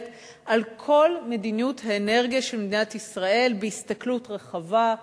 על כל מדיניות האנרגיה של מדינת ישראל בהסתכלות רחבה,